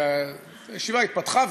והישיבה התפתחה,